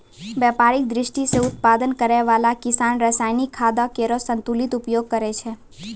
व्यापारिक दृष्टि सें उत्पादन करै वाला किसान रासायनिक खादो केरो संतुलित उपयोग करै छै